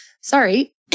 sorry